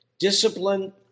Discipline